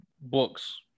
books